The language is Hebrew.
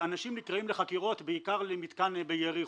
אנשים נקראים לחקירות, בעיקר למתקן ביריחו.